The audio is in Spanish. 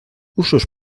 usos